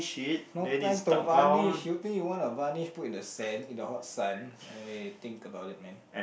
not plank to varnish do you think you want to varnish put in the sand in the hot sun eh think about it man